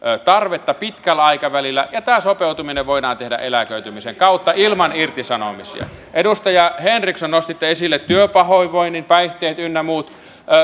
tarvetta pitkällä aikavälillä ja tämä sopeutuminen voidaan tehdä eläköitymisen kautta ilman irtisanomisia edustaja henriksson nostitte esille työpahoinvoinnin päihteet ynnä muut